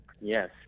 Yes